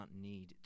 need